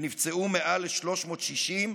ונפצעו מעל ל-360,